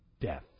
death